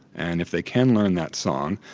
and if they can learn that song,